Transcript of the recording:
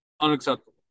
unacceptable